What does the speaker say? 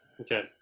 Okay